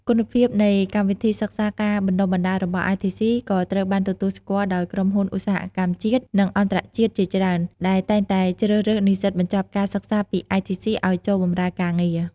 គុណភាពនៃកម្មវិធីសិក្សាការបណ្តុះបណ្តាលរបស់ ITC ក៏ត្រូវបានទទួលស្គាល់ដោយក្រុមហ៊ុនឧស្សាហកម្មជាតិ និងអន្តរជាតិជាច្រើន ដែលតែងតែជ្រើសរើសនិស្សិតបញ្ចប់ការសិក្សាពី ITC ឱ្យចូលបម្រើការងារ។